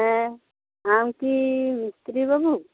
ᱦᱮᱸ ᱟᱢᱠᱤ ᱢᱤᱥᱛᱨᱤ ᱵᱟᱵᱩ